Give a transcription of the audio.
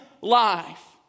life